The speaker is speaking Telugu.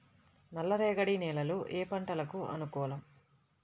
నల్లరేగడి నేలలు ఏ పంటలకు అనుకూలం?